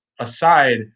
aside